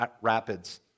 rapids